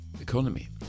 economy